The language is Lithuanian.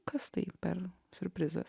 kas tai per siurprizas